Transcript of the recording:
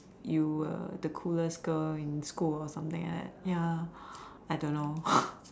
you were the coolest girl in school or something like that ya I don't know